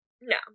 No